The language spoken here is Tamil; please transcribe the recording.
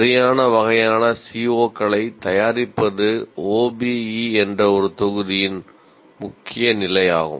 சரியான வகையான CO களைத் தயாரிப்பது OBE என்ற ஒரு தொகுதியின் முக்கிய நிலையாகும்